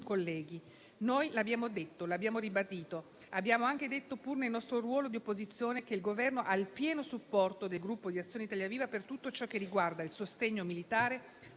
colleghi. Noi abbiamo detto e abbiamo ribadito che, pur nel nostro ruolo di opposizione, il Governo ha il pieno supporto del Gruppo Azione-Italia Viva per quanto riguarda il sostegno militare